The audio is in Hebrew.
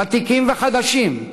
ותיקים וחדשים,